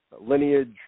lineage